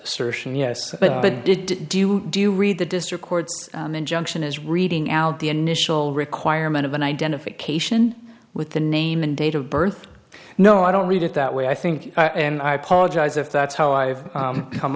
assertion yes but did do you do read the district court injunction is reading out the initial requirement of an identification with the name and date of birth no i don't read it that way i think and i apologize if that's how i've come